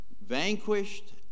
vanquished